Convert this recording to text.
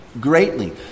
greatly